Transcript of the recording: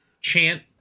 chant